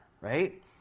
right